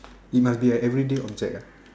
it must be a everyday object ah